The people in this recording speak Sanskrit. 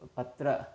पत्रं